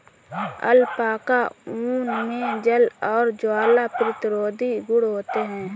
alpaca ऊन मे जल और ज्वाला प्रतिरोधी गुण होते है